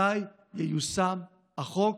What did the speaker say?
מתי ייושם החוק?